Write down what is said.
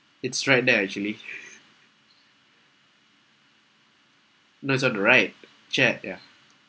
it's right there actually those are the right cheque ya